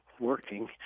working